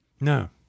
No